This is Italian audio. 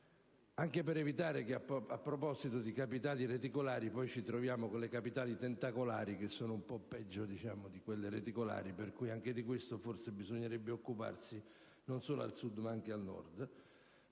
anche per evitare, a proposito di capitali reticolari, che ci troviamo con capitali tentacolari, che alla fine sono peggio di quelle reticolari. Anche di questo bisognerebbe occuparsi, non solo al Sud ma anche al Nord.